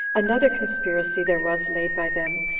another conspiracy there was laid by them,